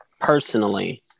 personally